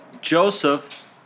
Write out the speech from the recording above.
Joseph